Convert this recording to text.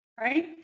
right